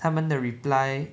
他们的 reply